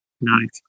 Nice